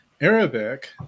Arabic